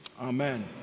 amen